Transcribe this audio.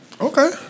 Okay